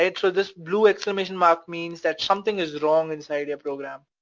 and so this blue exclamation mark means that something is wrong inside your program,